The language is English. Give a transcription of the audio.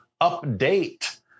Update